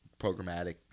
programmatic